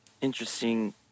interesting